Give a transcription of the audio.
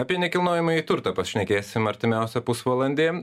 apie nekilnojamąjį turtą pašnekėsim artimiausią pusvalandį